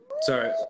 Sorry